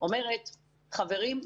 אומרת: חברים,